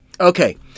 Okay